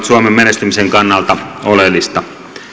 suomen menestymisen kannalta oleellista